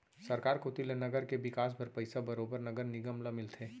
सरकार कोती ले नगर के बिकास बर पइसा बरोबर नगर निगम ल मिलथे